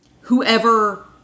whoever